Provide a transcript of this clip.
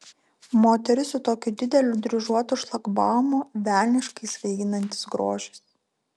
moteris su tokiu dideliu dryžuotu šlagbaumu velniškai svaiginantis grožis